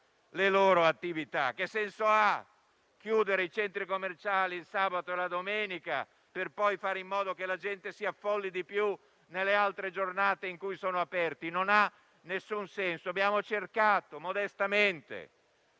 le loro attività. Che senso ha chiudere i centri commerciali il sabato e la domenica, per fare in modo che la gente si affolli di più nelle altre giornate in cui sono aperti? Non ha alcun senso. Abbiamo cercato modestamente,